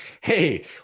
Hey